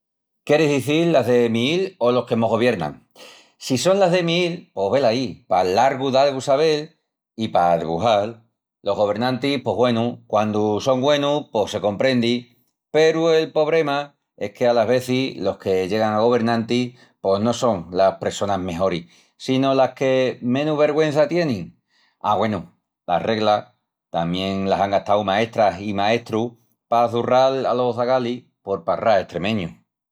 Queris izil las de miíl o los que mos goviernan? Si son las de míil pos velaí, pal largu d'algu sabel i pa debujal. Los governantis, pos güenu, quandu son güenus, pos se comprendi, peru el pobrema es que a las vezis los que llegan a governantis pos no son las pressonas mejoris sino las que menus vergüença tienin. A, güenu, las reglas tamién las án gastau maestras i maestrus pa çurral alos zagalis por palral estremeñu.